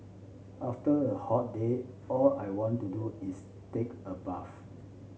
after a hot day all I want to do is take a bath